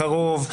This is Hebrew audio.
קרוב,